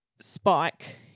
Spike